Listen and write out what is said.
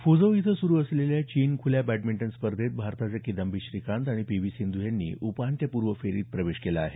Fuzhou इथं सुरु असलेल्या चीन खुल्या बॅडमिंटन स्पर्धेत भारताचे किदंबी श्रीकांत आणि पी व्ही सिंधू यांनी उपान्त्यपूर्व फेरीत प्रवेश केला आहे